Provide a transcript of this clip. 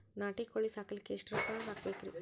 ನಾಟಿ ಕೋಳೀ ಸಾಕಲಿಕ್ಕಿ ಎಷ್ಟ ರೊಕ್ಕ ಹಾಕಬೇಕ್ರಿ?